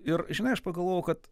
ir žinai aš pagalvojau kad